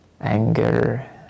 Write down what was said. anger